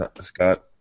Scott